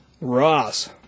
Ross